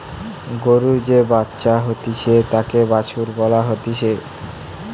গরুর যে বাচ্চা হতিছে তাকে বাছুর বলা হতিছে